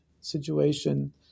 situation